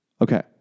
Okay